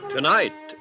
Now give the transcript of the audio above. Tonight